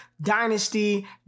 dynasty